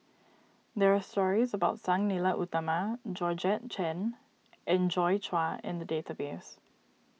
there are stories about Sang Nila Utama Georgette Chen and Joi Chua in the database